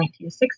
1960